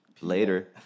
later